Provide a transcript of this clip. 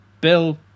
bill